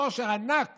לעושר ענק